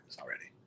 already